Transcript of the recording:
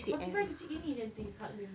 forty five kecil begini jer nanti hug dia